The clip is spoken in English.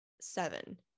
seven